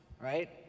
right